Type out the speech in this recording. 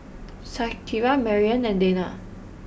Shakira Marianne and Deana